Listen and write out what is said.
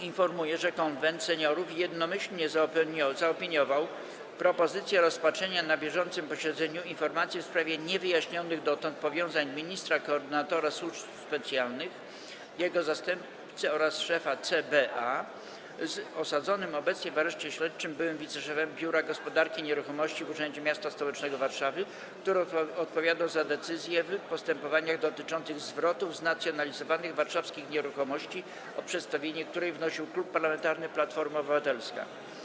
Informuję, że Konwent Seniorów jednomyślnie zaopiniował propozycję rozpatrzenia na bieżącym posiedzeniu informacji w sprawie niewyjaśnionych dotąd powiązań ministra koordynatora służb specjalnych, jego zastępcy oraz szefa CBA z osadzonym obecnie w areszcie śledczym byłym wiceszefem Biura Gospodarki Nieruchomości w Urzędzie m.st. Warszawy, który odpowiadał za decyzje w postępowaniach dotyczących zwrotów znacjonalizowanych warszawskich nieruchomości, o której przedstawienie wnosił Klub Parlamentarny Platforma Obywatelska.